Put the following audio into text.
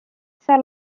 seal